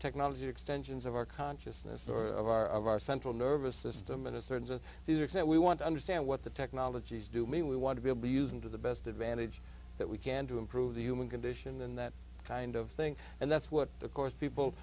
technology extensions of our consciousness or of our of our central nervous system in a certain zone these are so that we want to understand what the technologies do mean we want to be able to use them to the best advantage that we can to improve the human condition than that kind of thing and that's what the course people